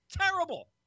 Terrible